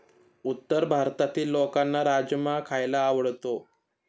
उत्तर भारतातील लोकांना राजमा खायला आवडतो